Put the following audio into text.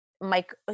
Mike